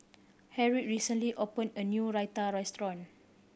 Harriett recently opened a new Raita restaurant